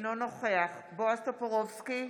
אינו נוכח בועז טופורובסקי,